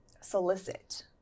solicit